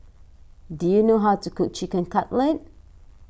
do you know how to cook Chicken Cutlet